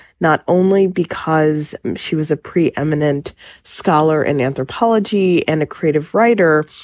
not only because she was a pre-eminent scholar in anthropology and a creative writer,